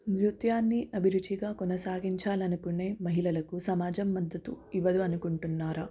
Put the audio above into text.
నృత్యాన్ని అభిరుచిగా కొనసాగించాలనుకునే మహిళలకు సమాజం మద్దతు ఇవ్వదు అనుకుంటున్నారా